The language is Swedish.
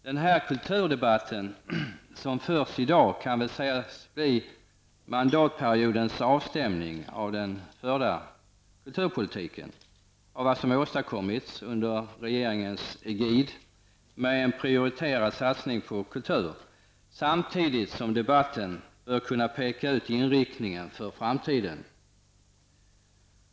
Den kulturdebatt som förs i dag kan sägas bli mandatperiodens avstämning av den förda kulturpolitiken, av det som har åstadkommits under regeringens egid, med en prioriterad satsning på kultur. Samtidigt bör debatten kunna peka ut inriktningen för framtiden.